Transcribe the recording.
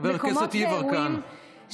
חבר הכנסת יברקן.